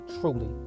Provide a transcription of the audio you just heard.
truly